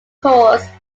course